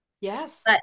Yes